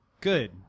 Good